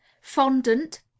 Fondant